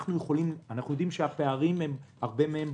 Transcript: אנחנו יודעים שהרבה מהפערים הם בפריפריה.